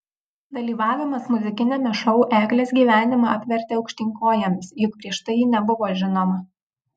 dalyvavimas muzikiniame šou eglės gyvenimą apvertė aukštyn kojomis juk prieš tai ji nebuvo žinoma